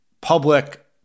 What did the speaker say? public